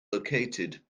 located